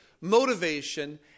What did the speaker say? motivation